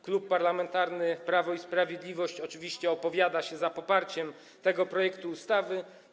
Klub Parlamentarny Prawo i Sprawiedliwość oczywiście opowiada się za poparciem tego projektu ustawy.